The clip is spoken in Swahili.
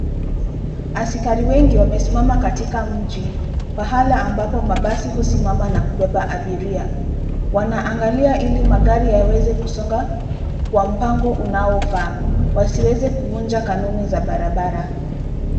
Askari wengi wamesimama katika mji. Pahala ambapo mabasi husimama na kubeba abiria. Wanaangalia ili magari yaweze kusonga kwa mpango unaofaa, wasiweze kuvunja kanuni za barabara.